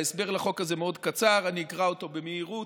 ההסבר לחוק הזה מאוד קצר ואני אקרא אותו במהירות.